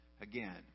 again